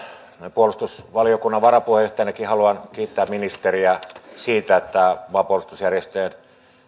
puolustusvaliokunnan varapuheenjohtajanakin haluan kiittää ministeriä siitä että maanpuolustusjärjestöjen